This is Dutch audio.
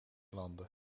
landen